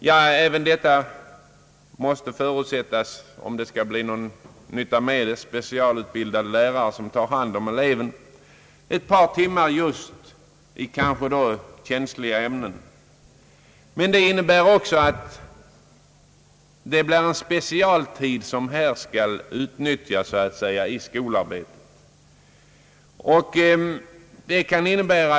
Ja, även detta förutsätter, om det skall bli någon nytta med det, en specialutbildad lärare, som tar hand om eleven ett par timmar just i känsliga ämnen. Det innebär också att det blir en specialtid som skall inpassas i skolarbetet.